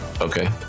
Okay